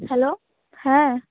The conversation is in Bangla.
হ্যালো হ্যাঁ